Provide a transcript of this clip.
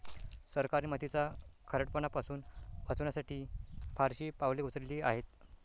सरकारने मातीचा खारटपणा पासून वाचवण्यासाठी फारशी पावले उचलली आहेत